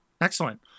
Excellent